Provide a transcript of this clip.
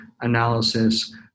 analysis